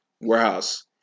warehouse